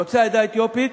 יוצאי העדה האתיופית,